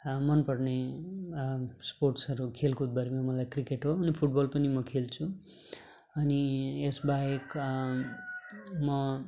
मन पर्ने स्पोर्ट्सहरू खेलकुदभरिमा मलाई क्रिकेट हो मैले फुटबल पनि म खेल्छु अनि यस बाहेक म